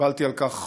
קיבלתי על כך